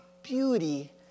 Beauty